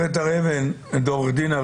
ענת,